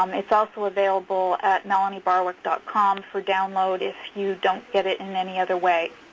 um it's also available at melaniebarwick dot com for download if you don't get it in any other way.